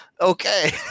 okay